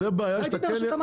אני חושב כמוך